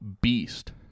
Beast